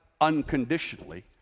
unconditionally